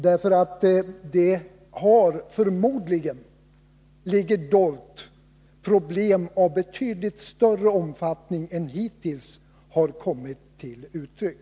Det ligger förmodligen här dolda problem av betydligt större omfattning än som hittills har kommit till uttryck.